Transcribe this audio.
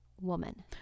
woman